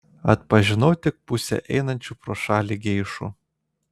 atpažinau tik pusę einančių pro šalį geišų